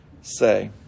say